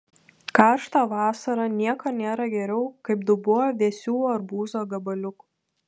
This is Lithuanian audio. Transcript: karštą vasarą nieko nėra geriau kaip dubuo vėsių arbūzo gabaliukų